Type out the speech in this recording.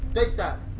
take that!